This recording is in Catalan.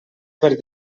per